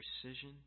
precision